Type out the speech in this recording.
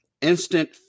instant